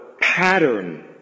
pattern